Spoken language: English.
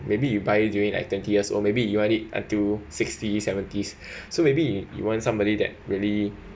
maybe you buy during like twenty years old maybe you want it until sixty seventies so maybe you want somebody that really